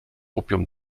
opium